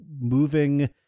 moving